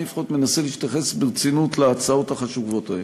אני לפחות מנסה להתייחס ברצינות להצעות החשובות האלה.